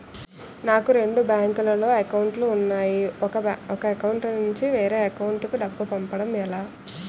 నాకు రెండు బ్యాంక్ లో లో అకౌంట్ లు ఉన్నాయి ఒక అకౌంట్ నుంచి వేరే అకౌంట్ కు డబ్బు పంపడం ఎలా?